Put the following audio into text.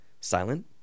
silent